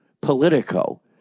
politico